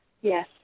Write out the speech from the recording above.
Yes